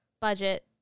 Budget